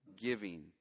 giving